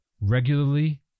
Regularly